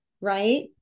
Right